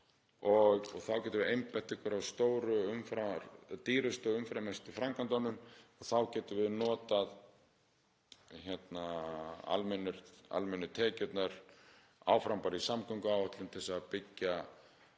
og þá getum við einbeitt okkur að dýrustu og umfangsmestu framkvæmdunum og þá getum við notað almennu tekjurnar áfram bara í samgönguáætlun til að byggja